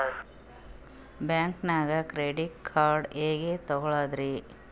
ಬ್ಯಾಂಕ್ದಾಗ credit card ಹೆಂಗ್ ತಗೊಳದ್ರಿ?